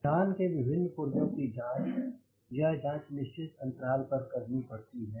यान के विभिन्न पुरज़ाों की जांच यह जांच निश्चित अंतराल पर करनी पड़ती है